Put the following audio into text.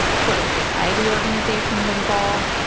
civil society organisations involved,